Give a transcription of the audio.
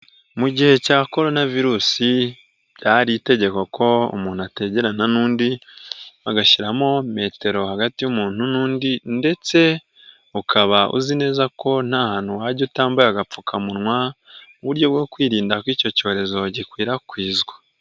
Mu gihe cya korona virusi, byari itegeko ko umuntu ategerana n'undi, bagashyiramo metero hagati y'umuntu n'undi ndetse ukaba uzi neza ko nta hantu wajya utambaye agapfukamunwa. Mu buryo bwo kwirinda ko icyo cyorezo gikwirakwizwa.